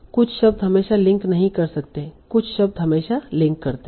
कुछ शब्द हमेशा लिंक नहीं कर सकते हैं कुछ शब्द हमेशा लिंक करते हैं